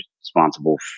responsible